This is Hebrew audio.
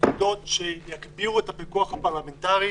נקודות שיגבירו את הפיקוח הפרלמנטרי,